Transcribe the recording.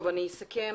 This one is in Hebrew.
אסכם.